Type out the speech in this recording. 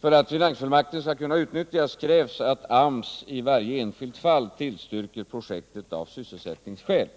För att finansfullmakten skall kunna utnyttjas krävs att AMS i varje enskilt fall tillstyrker projektet av sysselsättningsskäl.